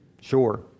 Sure